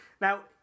Now